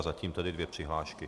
Zatím tedy dvě přihlášky.